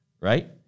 right